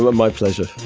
ah my pleasure